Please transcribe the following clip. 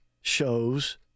shows